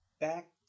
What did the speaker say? back